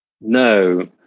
no